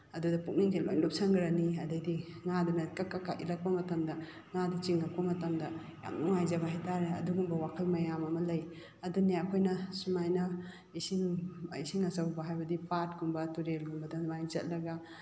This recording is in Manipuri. ꯑꯗꯨꯗ ꯄꯨꯛꯅꯤꯡꯁꯦ ꯂꯣꯏ ꯂꯨꯞꯁꯟꯈ꯭ꯔꯅꯤ ꯑꯗꯩꯗꯤ ꯉꯥꯗꯨꯅ ꯀꯛ ꯀꯛꯀ ꯏꯜꯂꯛꯄ ꯃꯇꯝꯗ ꯉꯥꯗꯣ ꯆꯤꯡꯉꯛꯄ ꯃꯇꯝꯗ ꯌꯥꯝ ꯅꯨꯡꯉꯥꯏꯖꯕ ꯍꯥꯏ ꯇꯥꯔꯦ ꯑꯗꯨꯒꯨꯝꯕ ꯋꯥꯈꯜ ꯃꯌꯥꯝ ꯑꯃ ꯂꯩ ꯑꯗꯨꯅꯤ ꯑꯩꯈꯣꯏꯅ ꯁꯨꯃꯥꯏꯅ ꯏꯁꯤꯡ ꯏꯁꯤꯡ ꯑꯆꯧꯕ ꯍꯥꯏꯕꯗꯤ ꯄꯥꯠꯀꯨꯝꯕ ꯇꯨꯔꯦꯜꯒꯨꯝꯕꯗ ꯑꯗꯨꯃꯥꯏ ꯆꯠꯂꯒ